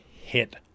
hit